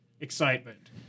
excitement